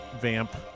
vamp